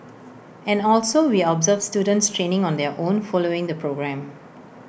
and also we observe students training on their own following the programme